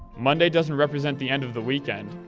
monday doesn't represent the end of the weekend,